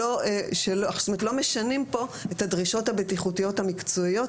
לא משנים פה את הדרישות הבטיחותיות המקצועיות